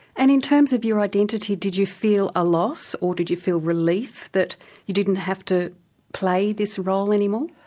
and in terms of your identity, did you feel a loss, or did you feel relief that you didn't have to play this role any more?